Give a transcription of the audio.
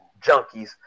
Junkies